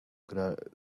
grating